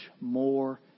more